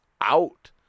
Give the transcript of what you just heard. out